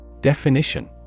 Definition